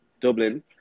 dublin